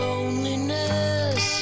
Loneliness